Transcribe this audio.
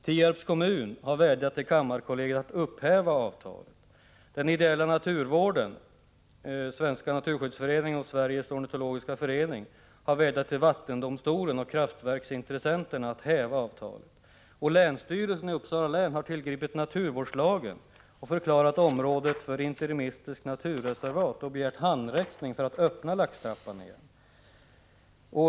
Tierps kommun har vädjat till kammarkollegiet att upphäva avtalet. Den ideella naturvården, Svenska naturskyddsföreningen och Sveriges ornitologiska förening, har vädjat till vattendomstolen och kraftverksintressenterna att häva avtalet. Länsstyrelsen i Uppsala län har tillgripit naturvårdslagen och förklarat området för interimistiskt naturreservat och begärt handräckning för att öppna laxtrappan igen.